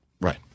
Right